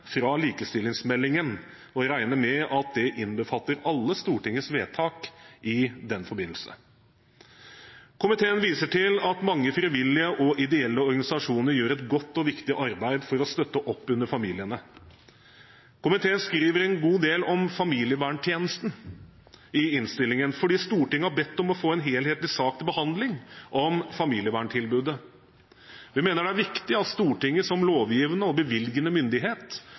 fra likestillingsmeldingen, og regner med at det innbefatter alle Stortingets vedtak i den forbindelse. Komiteen viser til at mange frivillige og ideelle organisasjoner gjør et godt og viktig arbeid for å støtte opp under familiene. Komiteen skriver i innstillingen en god del om familieverntjenesten, for Stortinget har bedt om å få til behandling en helhetlig sak om familieverntilbudet. Vi mener det er viktig at Stortinget som lovgivende og bevilgende myndighet